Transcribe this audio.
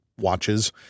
watches